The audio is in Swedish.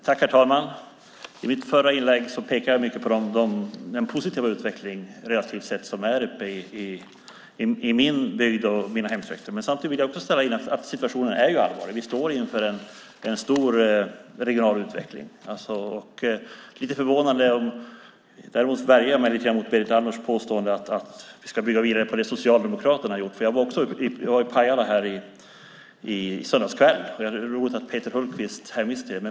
Herr talman! I mitt förra inlägg pekade jag mycket på den relativt sett positiva utveckling som finns uppe i min bygd och mina hemtrakter. Samtidigt vill jag också instämma i att situationen är allvarlig. Vi står inför en svår regional utveckling. Jag värjer mig däremot lite grann mot Berit Andnors påstående att vi ska bygga vidare på det Socialdemokraterna har gjort. Det är roligt att Peter Hultqvist hänvisar till Pajala; jag var nämligen där i söndags kväll.